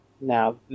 Now